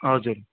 हजुर